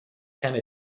کمه